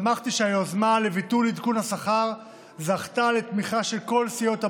שמחתי שהיוזמה לביטול עדכון השכר זכתה לתמיכה של כל סיעות הבית,